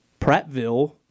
Prattville